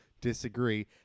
Disagree